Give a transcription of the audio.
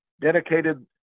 dedicated